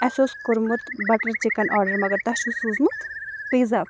اَسہِ اوس کورمُت بَٹر چکن آرڈر مگر تۄہہ چھو سوزمُت پِزا